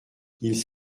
ils